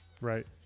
Right